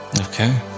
Okay